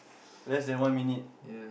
less than one minute